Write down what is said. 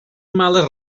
males